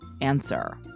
answer